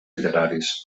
literaris